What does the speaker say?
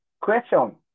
question